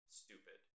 stupid